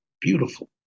beautiful